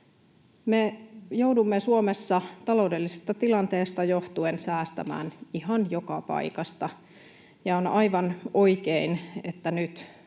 Me joudumme Suomessa taloudellisesta tilanteesta johtuen säästämään ihan joka paikasta, ja on aivan oikein, että nyt